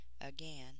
again